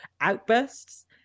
outbursts